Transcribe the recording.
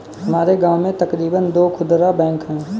हमारे गांव में तकरीबन दो खुदरा बैंक है